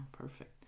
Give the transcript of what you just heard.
perfect